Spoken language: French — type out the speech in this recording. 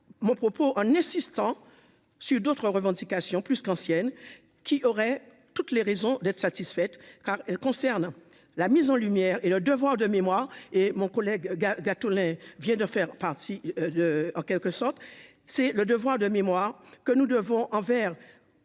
mon propos en insistant sur d'autres revendications plus qu'ancienne qui aurait toutes les raisons d'être satisfaite car elle concerne la mise en lumière et le devoir de mémoire et mon collègue gaga tous vient de faire partie de, en quelque sorte, c'est le devoir de mémoire que nous devons envers